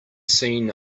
seen